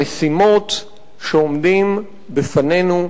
המשימות שעומדים בפנינו,